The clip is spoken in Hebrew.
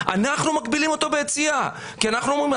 אנחנו מגבילים אותו ביציאה כי אנחנו אומרים לו,